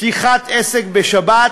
פתיחת עסק בשבת,